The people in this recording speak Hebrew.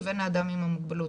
לבין האדם עם המוגבלות,